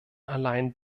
allein